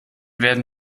werden